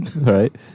Right